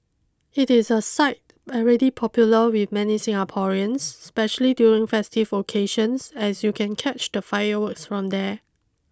it is a site already popular with many Singaporeans especially during festive occasions as you can catch the fireworks from there